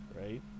right